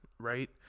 Right